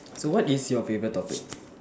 so what is your favorite topic